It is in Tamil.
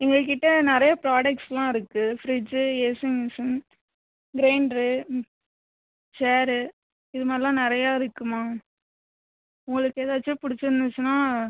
எங்ககிட்ட நிறைய ப்ராடெக்ட்ஸ்லாம் இருக்கு ஃப்ரிட்ஜு ஏசிங்மிஷின் கிரைண்ட்ரு சேரு இதுமாதிரிலாம் நிறையா இருக்கும்மா உங்களுக்கு எதாச்சும் பிடிச்சிருந்துச்சுனா